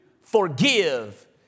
forgive